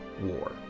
War